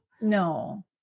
No